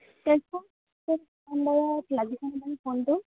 তেজপুৰ তেজপু ভাণ্ডাৰত লাগিছে নে বাৰু ফোনটো